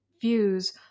views